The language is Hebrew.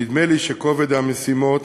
נדמה לי שכובד המשימות